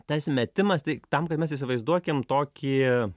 tas metimas tai tam kad mes įsivaizduokim tokį